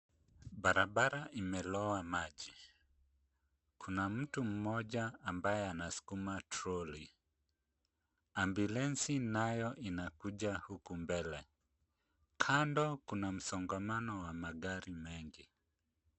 Barabara imelowa maji. Kuna mtu ambaye anasukuma troli, ambulensi nayo inakuja huku mbele, kando kuna msongamano wa magari mengi.